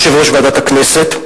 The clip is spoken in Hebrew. יושב-ראש ועדת הכנסת,